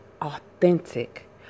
authentic